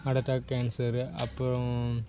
heart attack cancer அப்புறம்